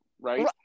right